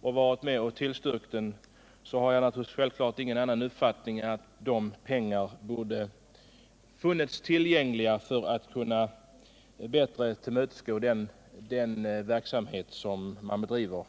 och varit med om att tillstyrka beloppet har jag naturligtvis ingen annan uppfattning än att pengar borde ha funnits tillgängliga för den informationsverksamhet som verket bedriver.